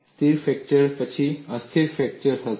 સ્થિર ફ્રેક્ચર પછી અસ્થિર ફ્રેક્ચર થશે